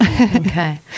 Okay